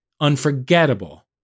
Unforgettable